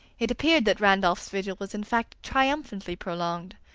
it appeared that randolph's vigil was in fact triumphantly prolonged,